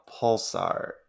pulsar